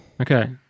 Okay